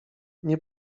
nie